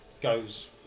goes